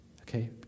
okay